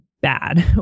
bad